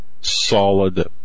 solid